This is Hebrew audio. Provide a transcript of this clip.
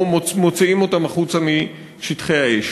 או מוציאים אותם החוצה משטחי האש.